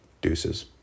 deuces